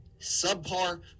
Subpar